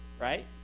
Right